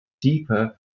deeper